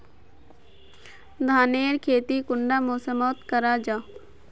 धानेर खेती कुंडा मौसम मोत करा जा?